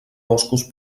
boscos